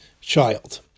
child